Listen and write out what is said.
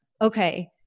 okay